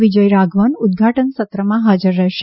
વિજય રાઘવન ઉદ્દઘાટન સત્રમાં હાજર રહેશે